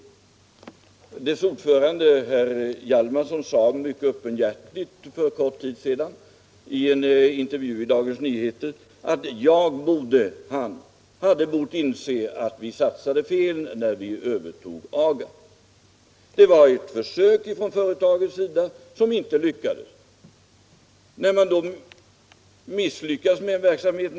Statsföretags vice ordförande herr Hjalmarsson sade mycket öppenhjärtigt för en kort tid sedan i en intervju i Dagens Nyheter att han borde ha insett ”att vi satsade fel när vi övertog AGA”. Det var ett försök från företagets sida som inte lyckades. När man då misslyckas med en verksamhet.